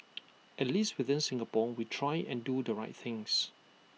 at least within Singapore we try and do the right things